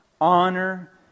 honor